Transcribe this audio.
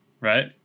right